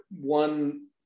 one